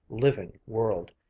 living world.